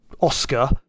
Oscar